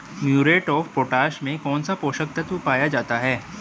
Muriate of potash में कौन सा पोषक तत्व पाया जाता है?